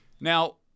Now